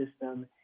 system